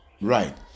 Right